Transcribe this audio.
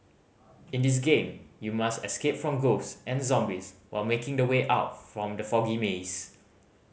in this game you must escape from ghosts and zombies while making the way out from the foggy maze